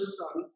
son